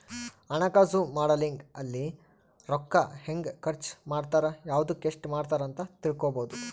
ಹಣಕಾಸು ಮಾಡೆಲಿಂಗ್ ಅಲ್ಲಿ ರೂಕ್ಕ ಹೆಂಗ ಖರ್ಚ ಮಾಡ್ತಾರ ಯವ್ದುಕ್ ಎಸ್ಟ ಮಾಡ್ತಾರ ಅಂತ ತಿಳ್ಕೊಬೊದು